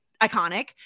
iconic